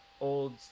old